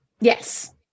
Yes